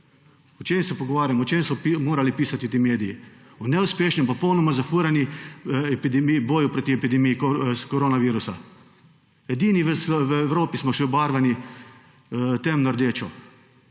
O čem so morali pisati ti mediji? O neuspešni, popolnoma zafurani epidemiji, boju proti epidemiji koronavirusa. Edini v Evropi smo še obarvani temno rdeče.